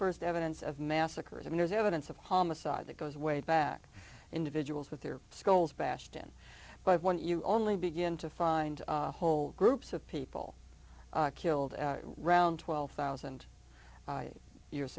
the st evidence of massacres and there's evidence of homicide that goes way back individuals with their skulls bashed in but when you only begin to find whole groups of people killed round twelve thousand years